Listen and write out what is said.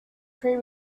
pre